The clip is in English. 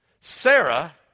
Sarah